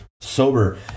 sober